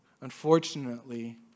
Unfortunately